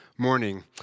morning